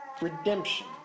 redemption